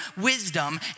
wisdom